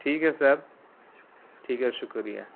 ٹھیک ہے سر ٹھیک ہے شکریہ